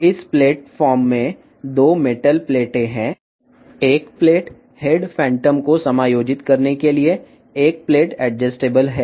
ఈ ప్లేట్ రూపంలో 2 మెటల్ ప్లేట్లు ఉన్నాయి ఒక ప్లేట్ హెడ్ ఫాంటమ్కు అనుగుణంగా సర్దుబాటు చేయగలది